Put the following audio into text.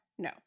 No